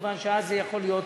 מכיוון שאז זה יכול להיות,